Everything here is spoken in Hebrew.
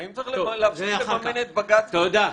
האם צריך להפסיק לממן את בג"צ גם?...